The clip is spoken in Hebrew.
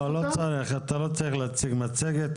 אין צורך להציג את המצגת.